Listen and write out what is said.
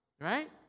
right